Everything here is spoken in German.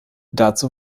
dazu